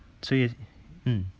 so you mm